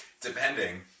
depending